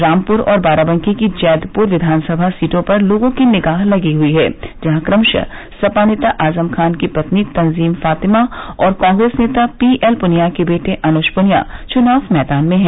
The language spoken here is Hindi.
रामपुर और बाराबंकी की जैदपुर विधानसभा सीटों पर लोगों की निगाह लगी हुई है जहां कमशः सपा नेता आजम खां की पत्नी तंजीम फातिमा और कांग्रेस नेता पीएलपुनिया के बेटे अनुज पुनिया चुनाव मैदान में हैं